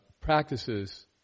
practices